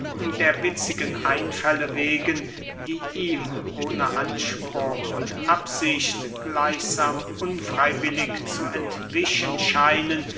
der witzigen einfälle wegen die ihm ohne anspruch und absicht gleichsam unfreywillig zu entwischen scheinen